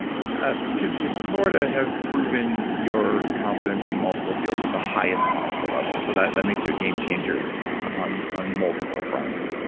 ah because you sort of have proven your confidence in multiple fields at the highest possible levels. so that that makes you a game changer on on multiple fronts.